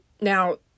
Now